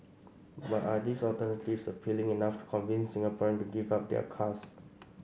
but are these alternatives appealing enough to convince Singaporeans to give up their cars